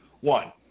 One